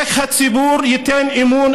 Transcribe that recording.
איך הציבור ייתן אמון,